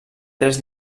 tres